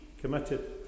committed